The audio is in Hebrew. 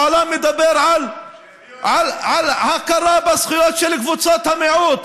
העולם מדבר על הכרה בזכויות של קבוצות המיעוט,